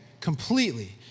Completely